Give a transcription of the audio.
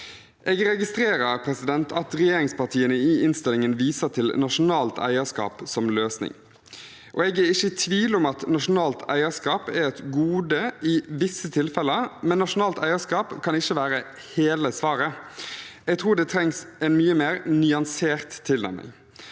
Jeg registrerer at regjeringspartiene i innstillingen viser til nasjonalt eierskap som løsning. Jeg er ikke i tvil om at nasjonalt eierskap er et gode i visse tilfeller, men nasjonalt eierskap kan ikke være hele svaret. Jeg tror det trengs en mye mer nyansert tilnærming.